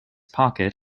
pocket